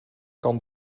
kan